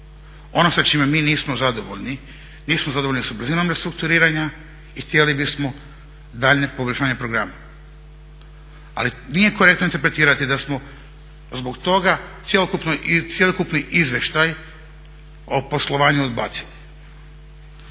Ono sa čime mi nismo zadovoljni, nismo zadovoljni sa brzinom restrukturiranja i htjeli bismo daljnje poboljšanje programa. Ali, nije korektno interpretirati da smo zbog toga cjelokupni izvještaj o poslovanju odbacili.